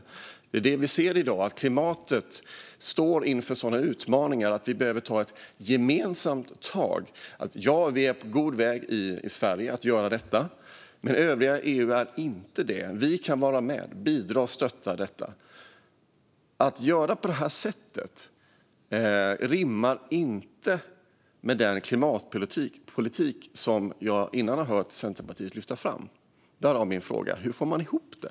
Vi ser i dag att vi när det gäller klimatet står inför sådana utmaningar att vi behöver ta ett gemensamt tag. Ja, i Sverige är vi på god väg att göra detta. Men övriga EU är inte det. Vi kan vara med och bidra och stötta i detta. Att göra på det här sättet rimmar inte med den klimatpolitik som jag tidigare har hört Centerpartiet lyfta fram. Därav min fråga - hur får man ihop det?